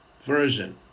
Version